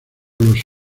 los